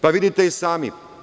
Pa, vidite i sami.